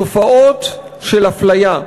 תופעות של הפליה,